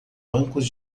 bancos